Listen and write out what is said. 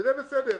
וזה בסדר.